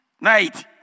night